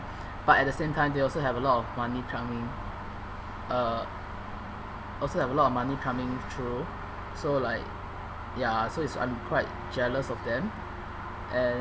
but at the same time they also have a lot of money coming uh also have a lot of money coming through so like ya so it's I'm quite jealous of them and